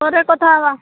ପରେ କଥା ହବା